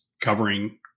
covering